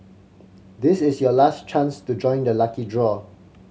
this is your last chance to join the lucky draw